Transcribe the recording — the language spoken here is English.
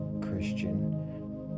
Christian